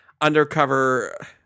undercover